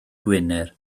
gwener